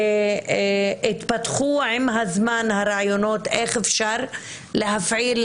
כאשר התפתחו עם הזמן הרעיונות לגבי איך אפשר להפעיל